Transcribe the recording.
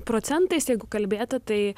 procentais jeigu kalbėti tai